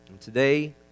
Today